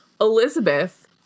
Elizabeth